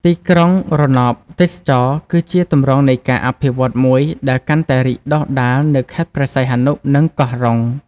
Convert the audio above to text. ទីក្រុងរណបទេសចរណ៍ គឺជាទម្រង់នៃការអភិវឌ្ឍន៍មួយដែលកាន់តែរីកដុះដាលនៅខេត្តព្រះសីហនុ និងកោះរ៉ុង។